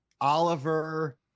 Oliver